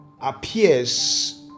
appears